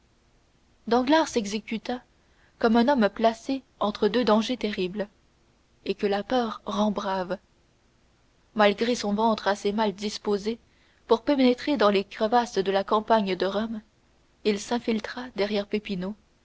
danglars s'exécuta comme un homme placé entre deux dangers terribles et que la peur rend brave malgré son ventre assez mal disposé pour pénétrer dans les crevasses de la campagne de rome il s'infiltra derrière